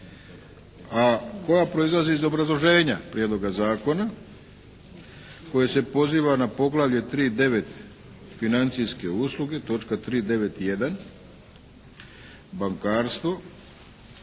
a koja proizlazi iz obrazloženja Prijedloga zakona koje se poziva na poglavlje 3.9 financijske